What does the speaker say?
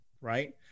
right